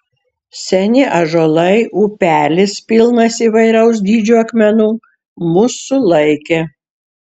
seni ąžuolai upelis pilnas įvairaus dydžio akmenų mus sulaikė